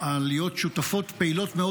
על להיות שותפות פעילות מאוד,